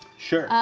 sure. ah,